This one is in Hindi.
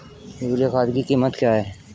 यूरिया खाद की कीमत क्या है?